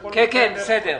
הכול בסדר.